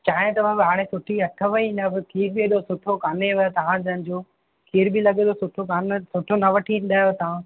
चांहि तमामु हाणे सुठी अथव ई न खीर बि हेॾो सुठो कानेव तव्हां हिनि जो खीर बि लॻे थो सुठो कान सुठो न वठी ईंदा आहियो तव्हां